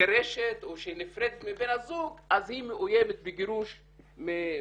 מתגרשת או שנפרדת מבן הזוג אז היא מאוימת בגירוש מהארץ,